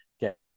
get